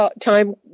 time